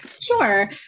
Sure